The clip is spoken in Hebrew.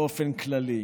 באופן כללי.